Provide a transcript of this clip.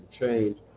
change